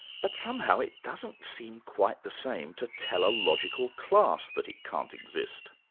but somehow it doesn't seem quite the same to tell a logical class that it can't exist.